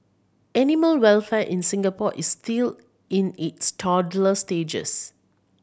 animal welfare in Singapore is still in its toddler stages